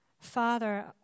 Father